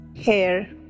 hair